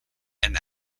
and